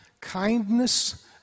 kindness